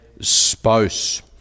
spouse